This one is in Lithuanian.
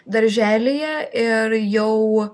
darželyje ir jau